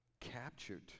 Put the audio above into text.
captured